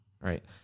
right